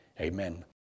Amen